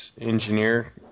engineer